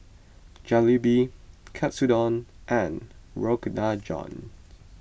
Jalebi Katsudon and Rogan